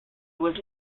was